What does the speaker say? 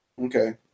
Okay